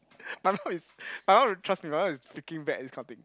my mum is my mum will trust me my mum is freaking bad at this kind of thing